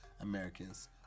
Americans